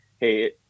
Hey